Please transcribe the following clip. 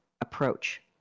approach